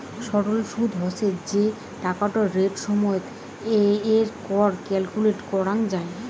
সরল সুদ হসে যে টাকাটা রেট সময়ত এর কর ক্যালকুলেট করাঙ যাই